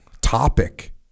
topic